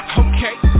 okay